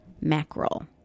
mackerel